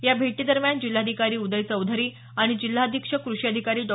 या भेटी दरम्यान जिल्हाधिकारी उदय चौधरी आणि जिल्हा अधीक्षक कृषी अधिकारी डॉ